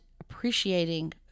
appreciating